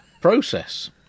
process